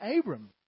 Abram